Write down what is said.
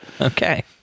okay